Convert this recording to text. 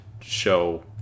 show